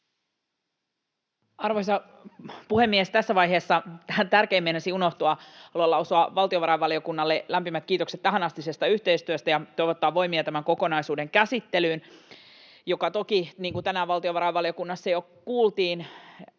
Arvoisa puhemies! Tässä vaiheessa tärkein meinasi unohtua. Haluan lausua valtiovarainvaliokunnalle lämpimät kiitokset tähänastisesta yhteistyöstä ja toivottaa voimia tämän kokonaisuuden käsittelyyn, joka toki — niin kuin tänään valtiovarainvaliokunnassa jo kuultiin